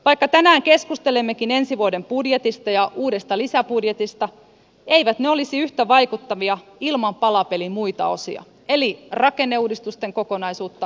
vaikka tänään keskustelemmekin ensi vuoden budjetista ja uudesta lisäbudjetista eivät ne olisi yhtä vaikuttavia ilman palapelin muita osia eli rakenneuudistusten kokonaisuutta ja työmarkkinaratkaisua